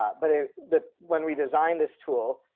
but ah the when we designed this tool.